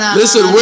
listen